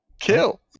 kill